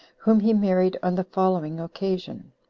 whom he married on the following occasion.